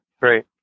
Great